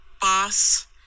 boss